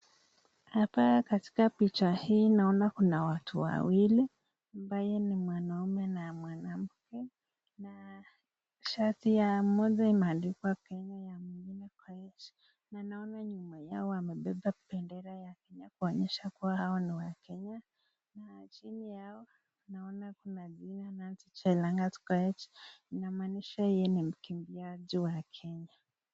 Hapa katika picha hii naona kuna watu wawili ambaye ni mwanaume na mwanamke na shati ya mmoja imeandikwa Kenya ya mwingine Koech na naona nyuma yao wamebeba bendera ya Kenya kuonyesha kuwa hawa ni wakenya na chini yao naona kuna jina Nancy Chelangat Koech , inamaanisha yeye ni mkimbiaji wa Kenya.